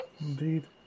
Indeed